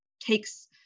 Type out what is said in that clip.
takes